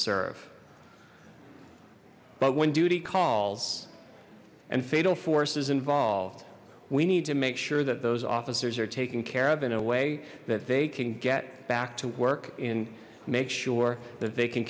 serve but when duty calls and fatal force is involved we need to make sure that those officers are taken care of in a way that they can get back to work and make sure that they can